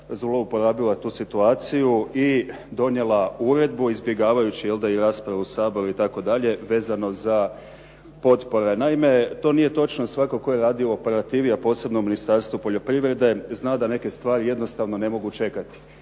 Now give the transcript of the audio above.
zlouporabila tu situaciju i donijela uredbu izbjegavajući jel' da i raspravu u Saboru itd. vezano za potpore. Naime, to nije točno. Svatko tko je radio u operativi a posebno Ministarstvo poljoprivrede zna da neke stvari jednostavno ne mogu čekati